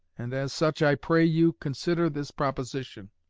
and as such i pray you consider this proposition,